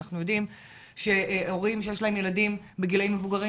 אנחנו יודעים שלהורים שיש להם ילדים בגילאים מבוגרים